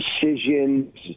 decisions